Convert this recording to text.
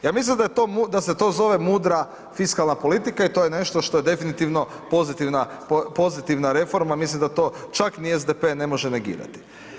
Ja mislim da se to zove mudra fiskalna politika i to je nešto što je definitivno pozitivna reforma, mislim da to čak ni SDP ne može negirati.